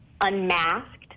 unmasked